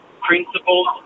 principles